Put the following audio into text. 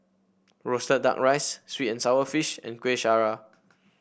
roasted duck rice sweet and sour fish and Kueh Syara